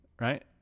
right